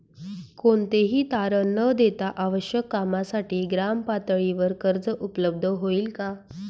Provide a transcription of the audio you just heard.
कोणतेही तारण न देता आवश्यक कामासाठी ग्रामपातळीवर कर्ज उपलब्ध होईल का?